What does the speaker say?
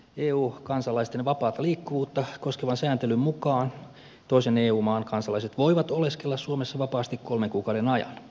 eu kansalaisten vapaata liikkuvuutta koskevan sääntelyn mukaan toisen eu maan kansalaiset voivat oleskella suomessa vapaasti kolmen kuukauden ajan